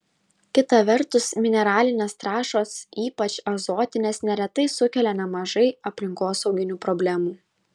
kita vertus mineralinės trąšos ypač azotinės neretai sukelia nemažai aplinkosauginių problemų